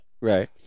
right